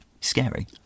Scary